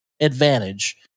advantage